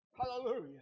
Hallelujah